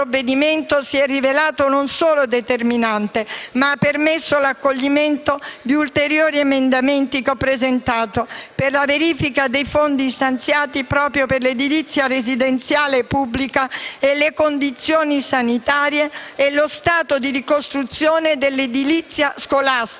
si è rivelato non solo determinante, ma ha permesso anche l'accoglimento degli ulteriori emendamenti che ho presentato per la verifica dei fondi stanziati per l'edilizia residenziale pubblica e delle condizioni sanitarie e lo stato di ricostruzione dell'edilizia scolastica,